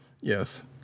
Yes